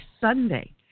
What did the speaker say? Sunday